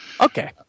Okay